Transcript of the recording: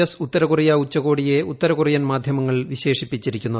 S ഉത്തരകൊറിയ ഉച്ചുകോടിയെ അവസരമായാണ് ഉത്തരകൊറിയൻ മാധൃമങ്ങൾ വിശേഷിപ്പിച്ചിരിക്കുന്നത്